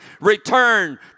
return